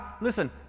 listen